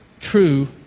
true